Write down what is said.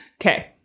Okay